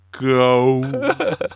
Go